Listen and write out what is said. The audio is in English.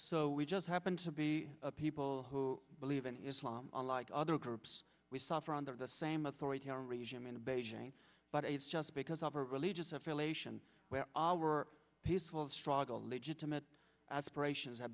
so we just happened to be people who believe in islam unlike other groups we saw for under the same authoritarian regime in beijing but it's just because of a religious affiliation where all were peaceful struggle legitimate aspirations ha